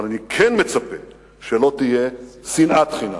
אבל אני כן מצפה שלא תהיה שנאת חינם.